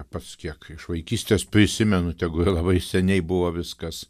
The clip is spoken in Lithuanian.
pats kiek iš vaikystės prisimenu tegu ir labai seniai buvo viskas